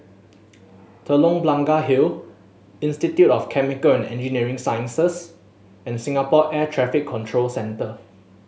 Telok Blangah Hill Institute of Chemical and Engineering Sciences and Singapore Air Traffic Control Center